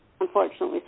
Unfortunately